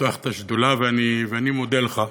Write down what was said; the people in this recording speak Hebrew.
לפתוח את השדולה, ואני מודה לך.